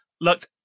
looked